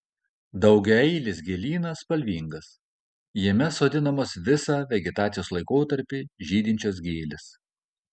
daugiaeilis gėlynas spalvingas jame sodinamos visą vegetacijos laikotarpį žydinčios gėlės